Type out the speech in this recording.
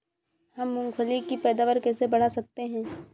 हम मूंगफली की पैदावार कैसे बढ़ा सकते हैं?